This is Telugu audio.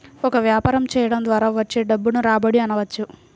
ఒక వ్యాపారం చేయడం ద్వారా వచ్చే డబ్బును రాబడి అనవచ్చు